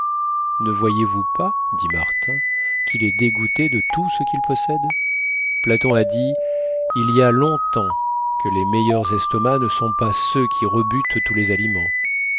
ne voyez-vous pas dit martin qu'il est dégoûté de tout ce qu'il possède platon a dit il y a long-temps que les meilleurs estomacs ne sont pas ceux qui rebutent tous les aliments